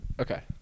Okay